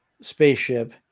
spaceship